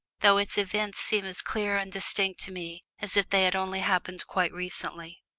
though its events seem as clear and distinct to me as if they had only happened quite recently!